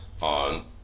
on